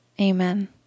amen